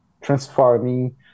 transforming